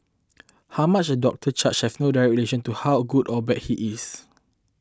how much a doctor charges has no direct relation to how good or bad he is